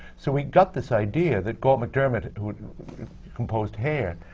so we got this idea that galt macdermot, who composed hair,